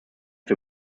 für